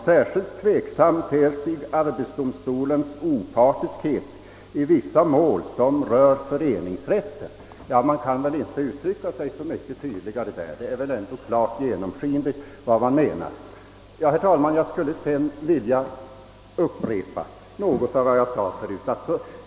— Särskilt tveksam ter sig arbetsdomstolens opartiskhet i vissa mål, som rör föreningsrätten.» Man kan väl inte uttrycka sig mycket tydligare, och det är väl ändå helt klart vad man här menar. Sedan vill jag upprepa något av vad jag sade förut.